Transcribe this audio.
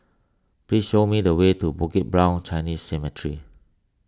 please show me the way to Bukit Brown Chinese Cemetery